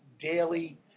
daily